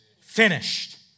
finished